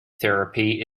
therapy